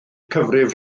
cyfrif